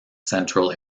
central